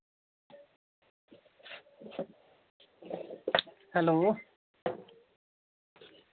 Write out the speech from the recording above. hello